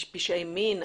פשעי מין,